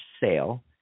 sale